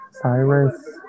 Cyrus